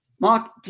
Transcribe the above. Mark